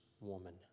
woman